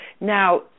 now